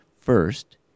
first